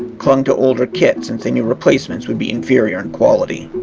clung to older kits since they knew replacements would be inferior in quality.